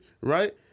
right